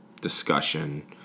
discussion